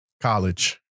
college